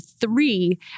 three